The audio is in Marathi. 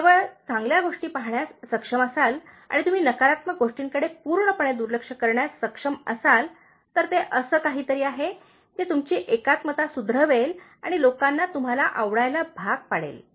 तुम्ही केवळ चांगल्या गोष्टी पाहण्यास सक्षम असाल आणि तुम्ही नकारात्मक गोष्टींकडे पूर्णपणे दुर्लक्ष करण्यास सक्षम असाल तर ते असे काही तरी आहे जे तुमची एकात्मता सुधरवेल आणि लोकाना तुम्हाला आवडायला भाग पडेल